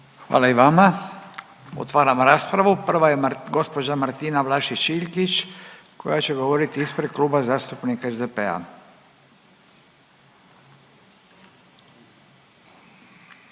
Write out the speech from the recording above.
Hvala i vama. Otvaram raspravu, prva je gospođa Martina Vlašić Iljkić koja će govorit ispred Kluba zastupnika SDP-a.